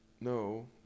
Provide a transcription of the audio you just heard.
no